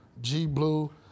G-Blue